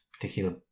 particular